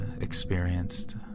experienced